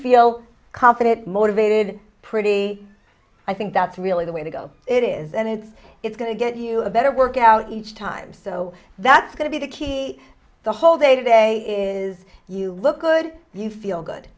feel confident motivated pretty i think that's really the way to go it is and it's it's going to get you a better workout each time so that's going to be the key the whole day to day is you look good you feel good